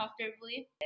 comfortably